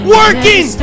working